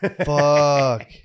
Fuck